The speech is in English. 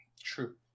True